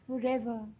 forever